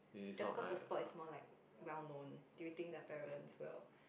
just cause the sport is more like well known do you think their parents will